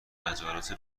مجالس